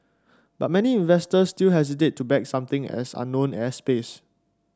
but many investors still hesitate to back something as unknown as space